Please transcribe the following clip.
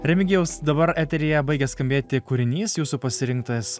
remigijaus dabar eteryje baigęs skambėti kūrinys jūsų pasirinktas